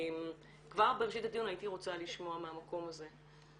כבר בראשית הדיון הייתי רוצה לשמוע מהמקום הזה.